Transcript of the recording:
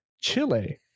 Chile